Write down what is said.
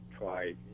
try